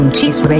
Cheese